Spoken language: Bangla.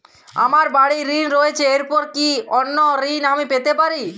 আমার বাড়ীর ঋণ রয়েছে এরপর কি অন্য ঋণ আমি পেতে পারি?